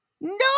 No